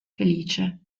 felice